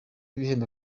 ibihembo